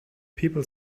people